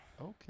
Okay